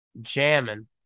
jamming